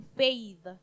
faith